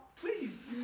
please